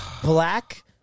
black